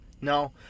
No